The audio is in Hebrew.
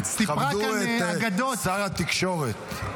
תכבדו את שר התקשורת.